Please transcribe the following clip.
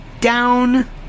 down